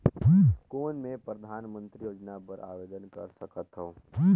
कौन मैं परधानमंतरी योजना बर आवेदन कर सकथव?